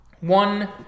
One